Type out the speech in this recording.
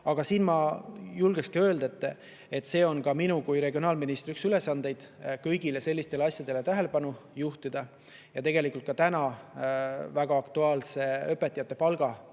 Aga ma julgeks öelda, et see on üks minu kui regionaalministri ülesandeid kõigile sellistele asjadele tähelepanu juhtida. Ja tegelikult täna väga aktuaalsete õpetajate